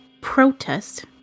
protest